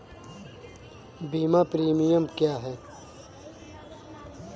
बीमा प्रीमियम क्या है?